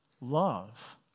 love